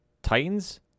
Titans